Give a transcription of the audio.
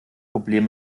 problem